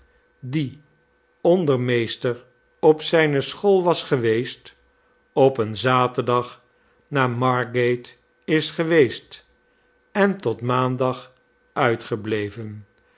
die ondermeester op zijne school was geweest op een zaterdag naar margate is geweest en tot maandag